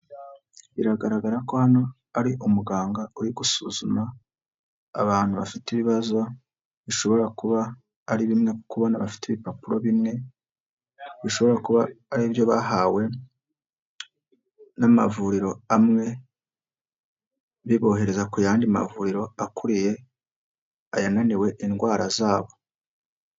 Biragaragara ko hano ari umuganga uri gusuzuma ,abantu bafite ibibazo ,bishobora kuba ari bimwe kubona bafite ibipapuro bimwe, bishobora kuba ari ibyo bahawe n'amavuriro amwe ,bibohereza ku yandi mavuriro akuriye, ayananiwe indwara zabo.